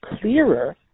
clearer